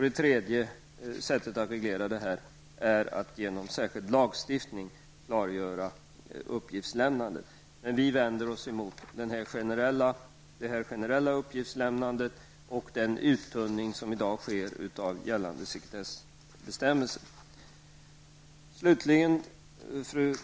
Ett tredje sätt att reglera denna fråga är att genom särskild lagstiftning klargöra uppgiftslämnandet. Vi vänder oss emellertid emot det generella uppgiftslämnandet och den uttunning av gällande sekretessbestämmelser som i dag sker.